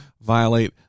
violate